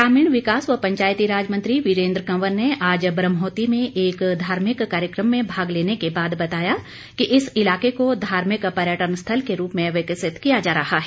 ग्रामीण विकास व पंचायतीराज मंत्री वीरेन्द्र कंवर ने आज ब्रहमोती में एक धार्मिक कार्यक्रम में भाग लेने के बाद बताया कि इस इलाके को धार्मिक पर्यटन स्थल के रूप में विकसित किया जा रहा है